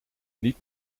niet